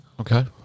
Okay